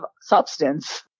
substance